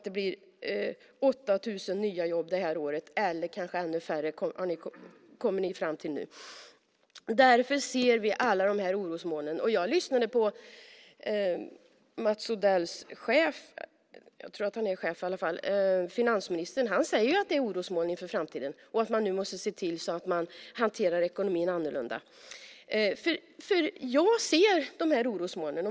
Det blir 8 000 nya jobb det här året eller kanske ännu färre, kommer ni fram till nu. Därför ser vi alla de här orosmolnen. Jag lyssnade på Mats Odells chef - jag tror i alla fall att han är chef - finansministern. Han säger att det finns orosmoln inför framtiden och att man nu måste se till att hantera ekonomin annorlunda. Jag ser de här orosmolnen.